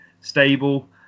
stable